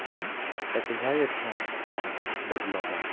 पूण ताच्या ह्या यत्नांत हांव बदलो ना